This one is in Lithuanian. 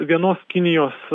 vienos kinijos